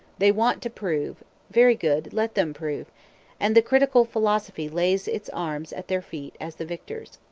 they want to prove very good, let them prove and the critical philosophy lays its arms at their feet as the victors.